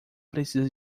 precisa